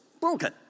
broken